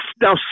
Now